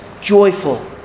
joyful